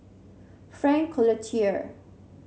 Frank Cloutier